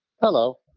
hello